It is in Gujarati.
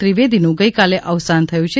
ત્રિવેદીનું ગઈકાલે અવસાન થયું છે